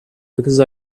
because